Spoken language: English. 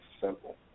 simple